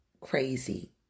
crazy